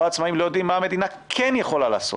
לא עצמאים לא יודעים מה המדינה כן יכולה לעשות.